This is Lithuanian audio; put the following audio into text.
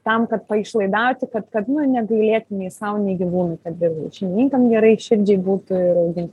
tam kad paišlaidauti kad kad nu negailėti nei sau nei gyvūnui tada ir šeimininkam gerai širdžiai būtų ir augint